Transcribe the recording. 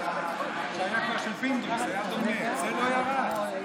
לא ירד.